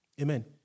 Amen